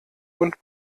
und